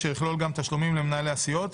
אשר יכלול גם תשלומים למנהלי הסיעות,